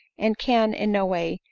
and can, in no way,